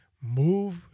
move